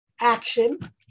action